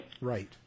right